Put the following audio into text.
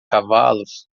cavalos